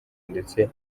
ndetse